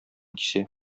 кисә